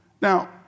Now